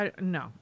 No